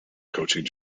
coaching